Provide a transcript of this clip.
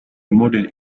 modèle